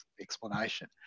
explanation